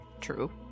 true